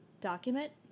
document